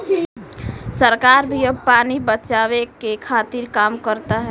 सरकार भी अब पानी बचावे के खातिर काम करता